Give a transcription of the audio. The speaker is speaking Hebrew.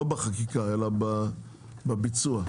לא בחקיקה אלא בביצוע.